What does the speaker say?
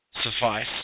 suffice